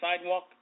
sidewalk